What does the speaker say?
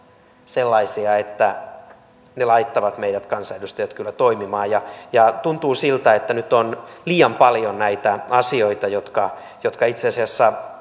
sellaisia että ne laittavat meidät kansanedustajat kyllä toimimaan tuntuu siltä että nyt on liian paljon näitä asioita jotka jotka itse asiassa